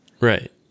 Right